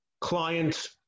client